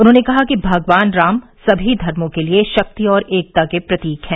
उन्होंने कहा कि भगवान राम सभी धर्मां के लिए शक्ति और एकता के प्रतीक हैं